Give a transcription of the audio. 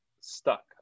stuck